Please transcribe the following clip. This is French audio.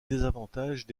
désavantages